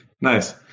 Nice